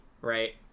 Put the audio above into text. right